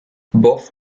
both